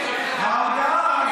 ההודעה הזו,